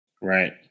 Right